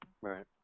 Right